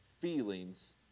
feelings